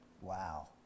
Wow